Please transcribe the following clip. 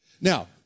Now